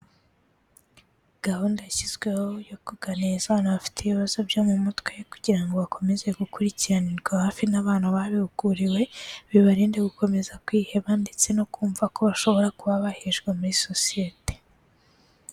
Gahunda yashyizweho yo kuganirariza abantu bafite ibibazo byo mu mutwe kugira ngo bakomeze gukurikiranirwa hafi n'abantu babihuguriwe, bibarinde gukomeza kwiheba ndetse no kumva ko bashobora kuba bahejwe muri sosiyete.